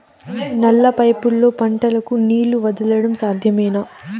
నల్ల పైపుల్లో పంటలకు నీళ్లు వదలడం సాధ్యమేనా?